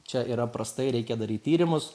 čia yra prastai reikia daryt tyrimus